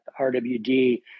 RWD